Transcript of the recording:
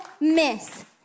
miss